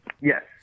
Yes